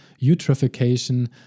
eutrophication